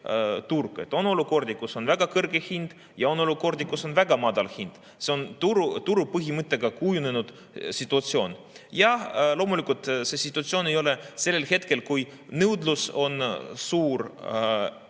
on olukordi, kus on väga kõrge hind, ja on olukordi, kus on väga madal hind. See on turupõhimõttega kujunenud situatsioon. Jah, loomulikult, see situatsioon ei ole [nii hea] sellel hetkel, kui nõudlus on suur.